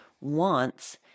wants